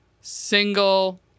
single